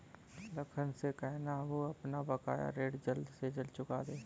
लखन से कहना, वो अपना बकाया ऋण जल्द से जल्द चुका दे